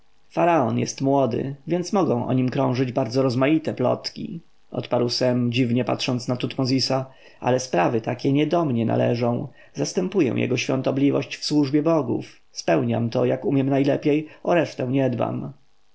jest młody więc mogą o nim krążyć bardzo rozmaite plotki odparł sem dziwnie patrząc na tutmozisa ale sprawy takie nie do mnie należą zastępuję jego świątobliwość w służbie bogów spełniam to jak umiem najlepiej o resztę nie dbam